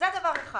נמצאת פה